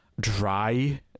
dry